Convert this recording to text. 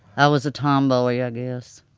i was a tomboy i ah guess.